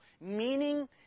meaning